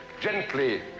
Gently